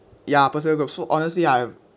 ya personal growth so honestly I have